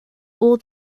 all